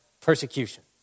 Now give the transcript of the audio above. Persecution